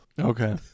Okay